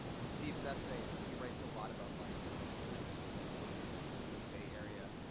in steve's essays, he writes a lot about life in the seventy s and eighty s in the bay area.